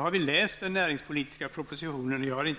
Av den energipolitiska propositionen har